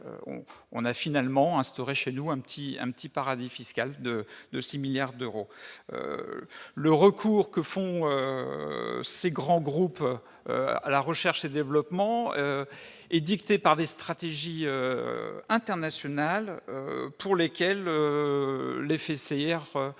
on a finalement instauré chez nous un petit, un petit paradis fiscal de de 6 milliards d'euros, le recours que font ces grands groupes, à la recherche et développement par des stratégies internationales pour lesquels les fessées hier